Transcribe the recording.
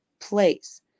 place